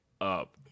up